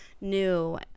new